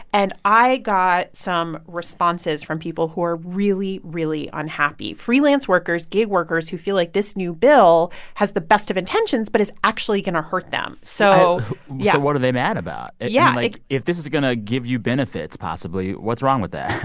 and i got some responses from people who are really, really unhappy, freelance workers, gig workers who feel like this new bill has the best of intentions but is actually going to hurt them so yeah what are they mad about? yeah like, if this is going to give you benefits, possibly, what's wrong with that?